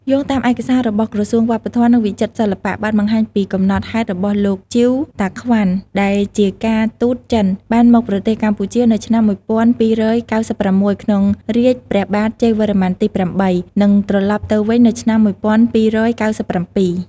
យោងតាមឯកសាររបស់ក្រសួងវប្បធម៌ និងវិចិត្រសិល្បៈបានបង្ហាញពីកំណត់ហេតុរបស់លោក ជីវ តាក្វាន់ ដែលជាការទូតចិន បានមកប្រទេសកម្ពុជានៅឆ្នាំ ១២៩៦ ក្នុងរាជ្យព្រះបាទជ័យវរ្ម័នទី៨ និងត្រឡប់ទៅវិញនៅឆ្នាំ ១២៩៧។